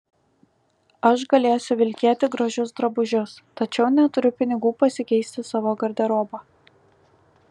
aš galėsiu vilkėti gražius drabužius tačiau neturiu pinigų pasikeisti savo garderobą